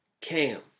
Cam